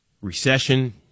recession